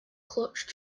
clutch